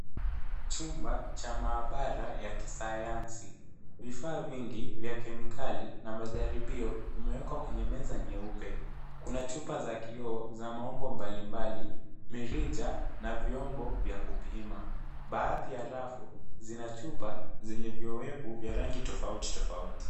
Chumba cha maabara ya kisayansi . Vifaa vingi vya kemikali na majaribio vimewekwa kwenye meza nyeupe. Kuna chupa za kioo za maumbo mbalimbali, mirija na vyombo vya kupima. Baadhi ya rafu zina chupa zenye viowevu vya rangi tofauti tofauti.